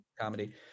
comedy